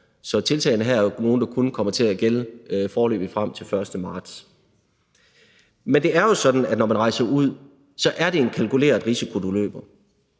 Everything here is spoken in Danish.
Så tiltagene her er jo nogle, der kun kommer til at gælde foreløbig frem til den 1. marts. Men det er jo sådan, at når du rejser ud, er det en kalkuleret risiko, du løber.